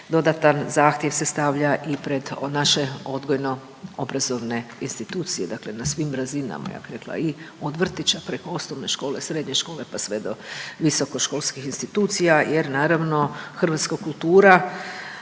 dodatan zahtjev se stavlja i pred naše odgojno obrazovne institucije, dakle na svim razinama ja bih rekla i od vrtića preko osnovne škole, srednje škole pa sve do visokoškolskih institucija jer naravno hrvatska kultura